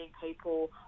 people